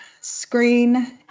Screen